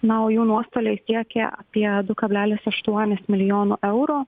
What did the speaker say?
na o jų nuostoliai siekė apie du kablelis aštuonis milijonų euro